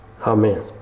Amen